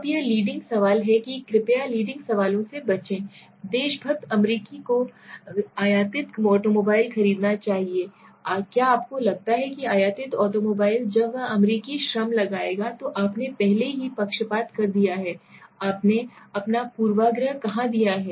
अब यह लीडिंग सवाल है कि कृपया लीडिंग सवालों से बचें देशभक्त अमेरिकी को आयातित ऑटोमोबाइल खरीदना चाहिए क्या आपको लगता है कि आयातित ऑटोमोबाइल जब वह अमेरिकी श्रम लगाएगा जो आपने पहले ही पक्षपात कर दिया है आपने अपना पूर्वाग्रह यहाँ दिया है